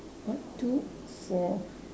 one two four